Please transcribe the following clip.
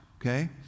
okay